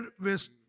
West